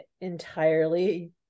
entirely